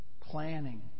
Planning